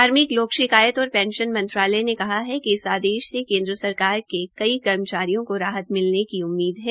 कार्मिक लोक शिकायत और पेंशन मंत्रालय ने कहा है कि इस आदेश से केन्द्र सरकार के कई कर्मचारियों को राहत मिलने की उम्मीद है